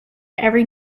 every